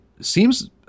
seems